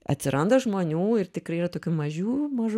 atsiranda žmonių ir tikrai yra tokių mažių mažų